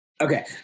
Okay